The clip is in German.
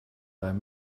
einem